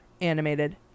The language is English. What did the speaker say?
animated